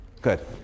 Good